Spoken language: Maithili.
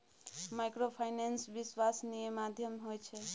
माइक्रोफाइनेंस विश्वासनीय माध्यम होय छै?